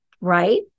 Right